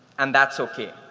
and that's okay.